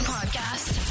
Podcast